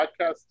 podcast